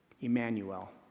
Emmanuel